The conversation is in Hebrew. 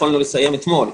יכולנו לסיים אתמול,